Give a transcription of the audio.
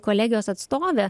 kolegijos atstovė